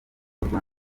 ikorwa